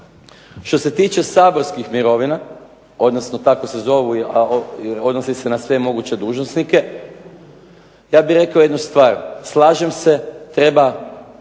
Što se tiče saborskih mirovina, odnosno tako se zovu, a odnosi se na sve moguće dužnosnika ja bih rekao jednu stvar. Slažem se treba